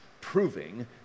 proving